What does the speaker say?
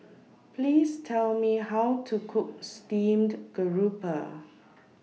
Please Tell Me How to Cook Steamed Garoupa